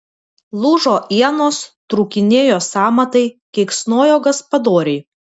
lūžo ienos trūkinėjo sąmatai keiksnojo gaspadoriai